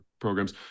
programs